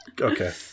Okay